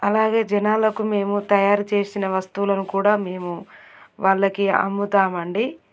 అలాగే జనాలకు మేము తయారు చేసిన వస్తువులను కూడా మేము వాళ్ళకి అమ్ముతాము అండి